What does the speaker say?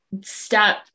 step